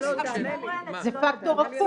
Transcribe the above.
זה פקטור הפוך.